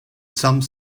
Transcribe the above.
some